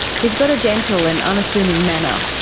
he's got a gentle and unassuming manner.